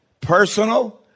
personal